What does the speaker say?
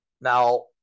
Now